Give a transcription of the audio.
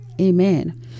Amen